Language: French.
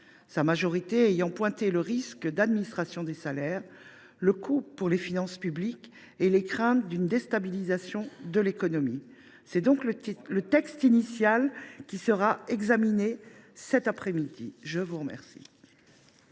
sa majorité ayant pointé le risque d’administration des salaires, le coût pour les finances publiques et les craintes d’une déstabilisation de l’économie. C’est donc le texte initial qui sera examiné cet après midi. La parole